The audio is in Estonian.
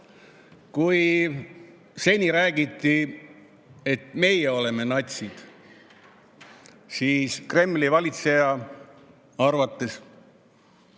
Kui seni räägiti, et meie oleme natsid, siis Kremli valitseja arvates